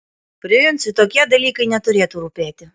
princui tokie dalykai neturėtų rūpėti